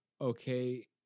okay